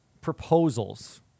proposals